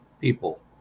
people